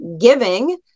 giving